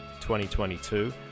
2022